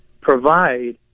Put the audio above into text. provide